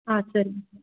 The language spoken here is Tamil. ஆ சரிங்க